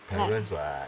like